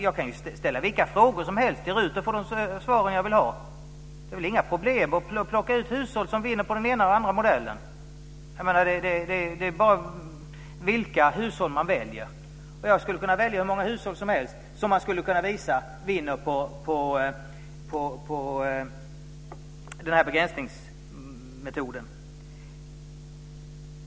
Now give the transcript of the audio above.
Jag kan ju ställa vilka frågor som helst till RUT och få de svar jag vill ha. Det är inga problem att plocka ut hushåll som vinner på den ena eller andra modellen. Det handlar bara om vilka hushåll man väljer. Jag skulle kunna välja hur många hushåll som helst som man skulle kunna visa vinner på den här begränsningsmetoden.